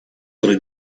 tre